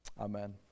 Amen